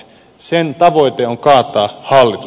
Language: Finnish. sen tavoite on kaataa hallitus